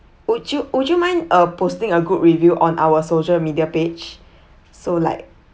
would you would you mind uh posting a good review on our social media page so like